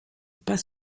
pas